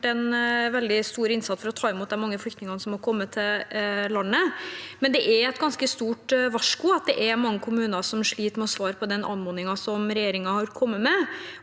en veldig stor innsats for å ta imot de mange flyktningene som har kommet til landet, men det er et ganske stort varsko at mange kommuner sliter med å svare på den anmodningen regjeringen har kommet med,